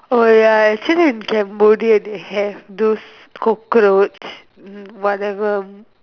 oh ya actually in Cambodia they have those cockroach hmm whatever